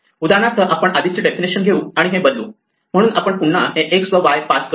उदाहरणार्थ आपण आधीची डेफिनेशन घेऊ आणि हे बदलू म्हणून आपण पुन्हा हे x व y पास करू